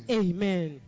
amen